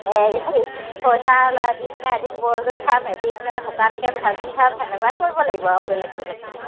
এই খৰিচা ওলাই দি পিনাই এদিন বইল কৰি খাম এদিন শুকানকৈ ভাজি খাম সেনেকুৱাই কৰিব লাগিব আৰু বেলেগ বেলেগকৈ